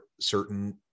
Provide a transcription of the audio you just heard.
certain